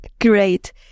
Great